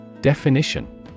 Definition